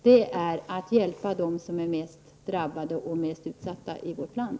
Det är att hjälpa dem som är mest drabbade och mest utsatta i vårt land.